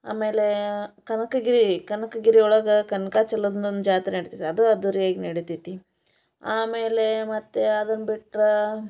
ಆಮೇಲೆ ಕನಕಗಿರಿ ಕನಕಗಿರಿ ಒಳಗೆ ಕನಕಾಚಲಪತಿ ಅಂತ ಒಂದು ಜಾತ್ರೆ ನಡಿತೈತೆ ಅದು ಅದ್ದೂರಿಯಾಗಿ ನಡಿತೈತೆ ಆಮೇಲೆ ಮತ್ತೆ ಅದನ್ನು ಬಿಟ್ರೆ